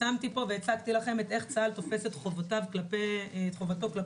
הצגתי לכם איך צה"ל תופס את חובתו כלפי המשרתים